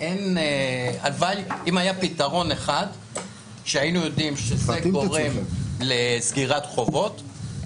אם היה פתרון אחד והיינו יודעים שזה גורם לסגירת חובות,